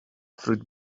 fruit